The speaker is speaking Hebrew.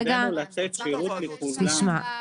תפקידנו לתת שירות לכולם, לתת שירות לכל האנשים.